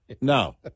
No